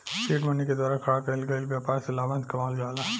seed money के द्वारा खड़ा कईल गईल ब्यपार से लाभांस कमावल जाला